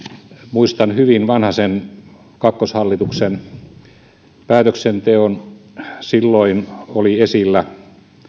muistan hyvin vanhasen kakkoshallituksen päätöksenteon silloin oli esillä